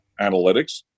analytics